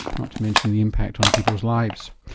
not to mention the impact on people's lives.